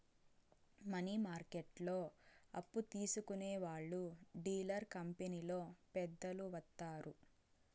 money మార్కెట్లో అప్పు తీసుకునే వాళ్లు డీలర్ కంపెనీలో పెద్దలు వత్తారు